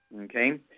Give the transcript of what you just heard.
okay